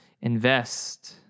Invest